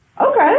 okay